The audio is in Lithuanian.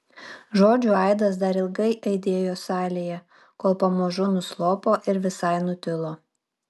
žodžių aidas dar ilgai aidėjo salėje kol pamažu nuslopo ir visai nutilo